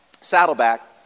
Saddleback